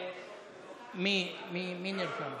מי נרשם?